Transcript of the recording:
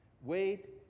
wait